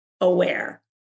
aware